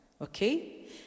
Okay